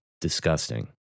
Disgusting